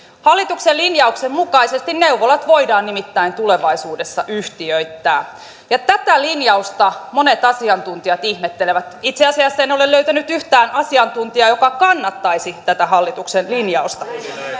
hallituksen linjauksen mukaisesti neuvolat voidaan nimittäin tulevaisuudessa yhtiöittää ja tätä linjausta monet asiantuntijat ihmettelevät itse asiassa en ole löytänyt yhtään asiantuntijaa joka kannattaisi tätä hallituksen linjausta